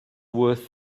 worth